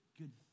good